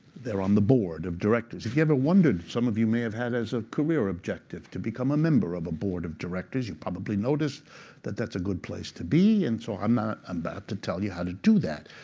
they're on the board of directors. if you ever wondered, some of you may have had as a career objective to become a member of the board of directors, you probably noticed that that's a good place to be. and so i'm about and to tell you how to do that.